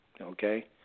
Okay